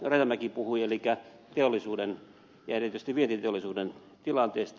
rajamäki puhui elikkä teollisuuden ja erityisesti vientiteollisuuden tilanteesta